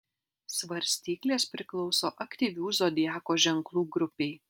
svarstyklės priklauso aktyvių zodiako ženklų grupei